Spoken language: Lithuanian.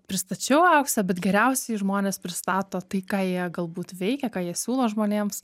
pristačiau auksę bet geriausiai žmonės pristato tai ką jie galbūt veikia ką jie siūlo žmonėms